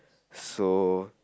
so